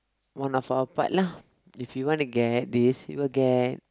one of our part lah if you want to get this you will get